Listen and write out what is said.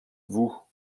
vous